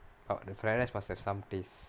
but the fried rice must have some taste